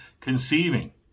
conceiving